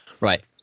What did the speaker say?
Right